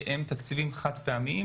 שהם תקציבים חד פעמיים